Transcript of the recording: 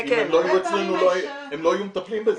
אם הם לא היו אצלנו הם לא היו מטפלים בזה.